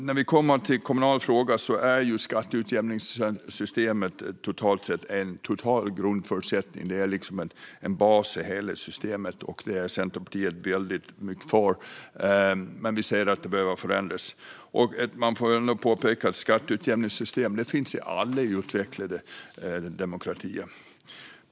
När det gäller kommunala frågor är skatteutjämningssystemet totalt sett en grundförutsättning; det är en bas för hela systemet. Centerpartiet är väldigt mycket för det, men vi ser att det behöver förändras. Det bör påpekas att skatteutjämningssystem finns i alla utvecklade demokratier.